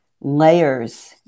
layers